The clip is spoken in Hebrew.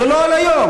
זה לא על היום,